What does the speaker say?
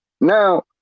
Now